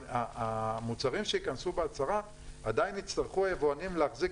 המוצרים שייכנסו בהצהרה עדיין היבואנים יצטרכו להחזיק